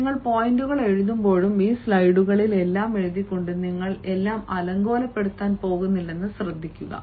നിങ്ങൾ പോയിന്റുകൾ എഴുതുമ്പോഴും ഈ സ്ലൈഡുകളിൽ എല്ലാം എഴുതിക്കൊണ്ട് നിങ്ങൾ എല്ലാം അലങ്കോലപ്പെടുത്താൻ പോകുന്നില്ലെന്നത് ശ്രദ്ധിക്കുക